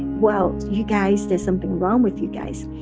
well, you guys there's something wrong with you guys.